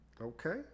Okay